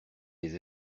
des